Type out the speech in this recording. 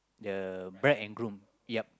the bride and groom yup